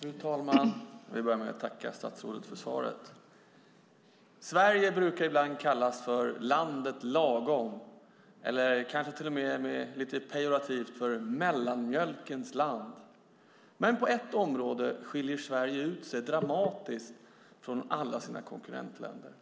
Fru talman! Jag vill börja med att tacka statsrådet för svaret. Sverige kallas ibland för landet lagom eller kanske till och med, lite pejorativt, för mellanmjölkens land. Men på ett område skiljer Sverige sig dramatiskt från alla sina konkurrentländer.